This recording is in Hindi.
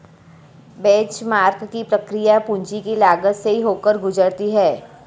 बेंचमार्क की प्रक्रिया पूंजी की लागत से ही होकर गुजरती है